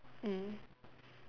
mm